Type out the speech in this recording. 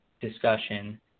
discussion